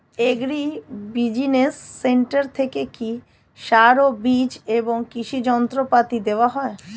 Agri business centre থেকে কি সার ও বিজ এবং কৃষি যন্ত্র পাতি দেওয়া হয়?